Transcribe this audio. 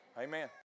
Amen